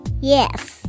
Yes